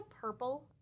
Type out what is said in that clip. purple